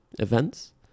Events